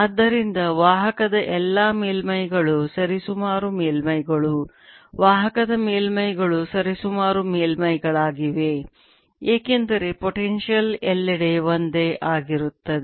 ಆದ್ದರಿಂದ ವಾಹಕದ ಎಲ್ಲಾ ಮೇಲ್ಮೈಗಳು ಸರಿಸುಮಾರು ಮೇಲ್ಮೈಗಳು ವಾಹಕದ ಮೇಲ್ಮೈಗಳು ಸರಿಸುಮಾರು ಮೇಲ್ಮೈಗಳಾಗಿವೆ ಏಕೆಂದರೆ ಪೊಟೆನ್ಶಿಯಲ್ ಎಲ್ಲೆಡೆ ಒಂದೇ ಆಗಿರುತ್ತದೆ